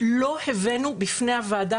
ולא הבאנו בפני הוועדה,